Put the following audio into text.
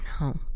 No